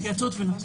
שלכם.